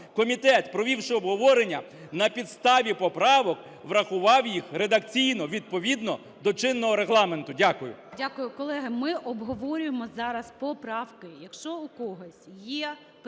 Комітет, провівши обговорення, на підставі поправок врахував їх редакційно, відповідно до чинного Регламенту. Дякую. ГОЛОВУЮЧИЙ. Дякую. Колеги, ми обговорюємо зараз поправки. Якщо у когось є питання